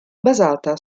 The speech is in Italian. basata